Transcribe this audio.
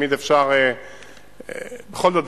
בכל זאת,